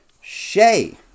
Shay